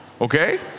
Okay